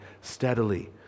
steadily